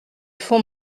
font